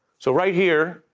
so right here,